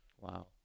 Wow